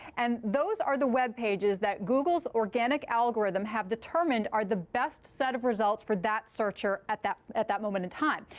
and those are the web pages that google's organic algorithm have determined are the best set of results for that searcher at that at that moment in time.